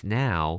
now